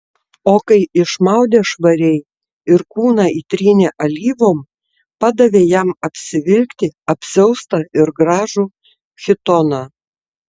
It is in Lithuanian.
o kai išmaudė švariai ir kūną įtrynė alyvom padavė jam apsivilkti apsiaustą ir gražų chitoną